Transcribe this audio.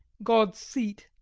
god's seat!